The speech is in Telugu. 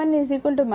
ఇది సమీకరణం 1